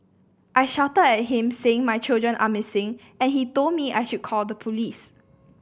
I shouted at him saying my children are missing and he told me I should call the police